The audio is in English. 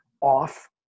off